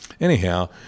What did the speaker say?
anyhow